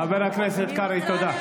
חבר הכנסת קרעי, תודה.